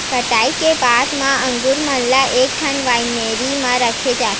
कटई के बाद म अंगुर मन ल एकठन वाइनरी म रखे जाथे